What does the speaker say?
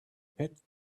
pet